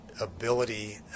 ability